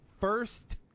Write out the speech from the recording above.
first